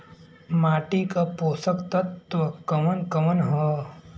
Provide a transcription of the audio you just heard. माटी क पोषक तत्व कवन कवन ह?